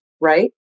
right